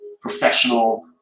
professional